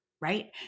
right